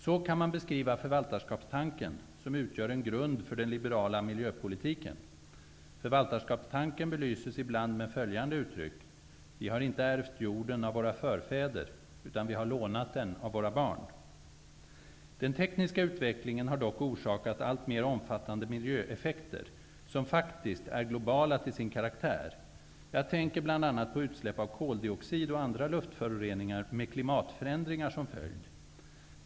Så kan man beskriva förvaltarskapstanken, som utgör en grund för den liberala miljöpolitiken. Förvaltarskapstanken belyses ibland med följande uttryck: Vi har inte ärvt jorden av våra förfäder, utan vi har lånat den av våra barn. Den tekniska utvecklingen har dock orsakat alltmer omfattande miljöeffekter, som faktiskt är globala till sin karaktär. Jag tänker bl.a. på utsläpp av koldioxid och andra luftföroreningar med klimatförändringar som följd.